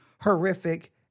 horrific